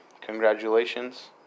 congratulations